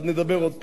אז נדבר עוד פעם.